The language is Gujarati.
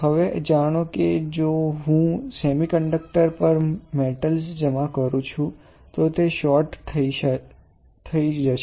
હવે જાણો કે જો હું સેમિકન્ડક્ટર પર મેટલ જમા કરું છું તો તે શોર્ટ થઈ જશે